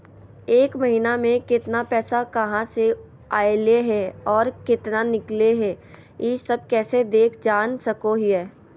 एक महीना में केतना पैसा कहा से अयले है और केतना निकले हैं, ई सब कैसे देख जान सको हियय?